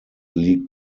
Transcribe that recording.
liegt